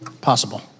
Possible